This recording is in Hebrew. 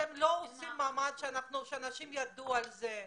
אתם לא עושים מאמץ שאנשים ידעו על זה.